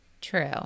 True